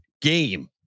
game